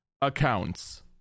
accounts